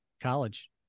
college